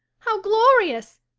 how glorious!